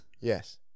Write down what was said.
Yes